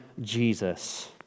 Jesus